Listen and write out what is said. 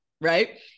right